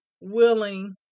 willing